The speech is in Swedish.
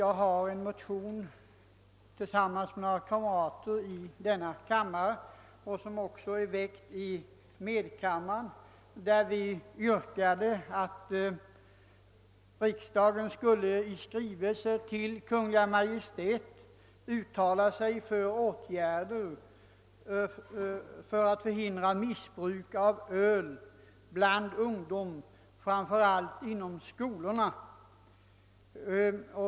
Jag har emellertid tillsammans med några kamrater väckt en motion i denna kammare — den är väckt också i medkammaren — i vilken vi yrkar att riksdagen i skrivelse till Kungl. Maj:t måtte uttala sig för åtgärder för att förhindra missbruk av öl bland ungdom, framför allt inom skolorna.